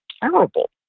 terrible